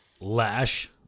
Lash